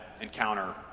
encounter